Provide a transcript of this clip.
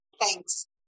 Thanks